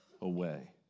away